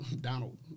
Donald